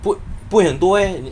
不不不会很多 eh